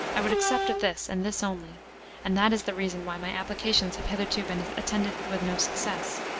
i would accept of this, and this only and that is the reason why my applications have hitherto been attended with no success.